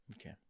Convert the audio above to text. Okay